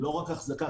לא רק החזקה,